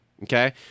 Okay